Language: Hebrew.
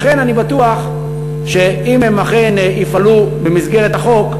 ולכן, אני בטוח שאם הם אכן יפעלו במסגרת החוק,